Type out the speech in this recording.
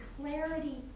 clarity